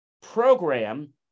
program